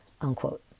unquote